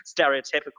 stereotypical